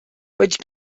which